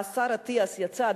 השר אטיאס יצא,